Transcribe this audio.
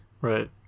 right